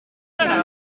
saint